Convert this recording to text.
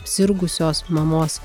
sirgusios mamos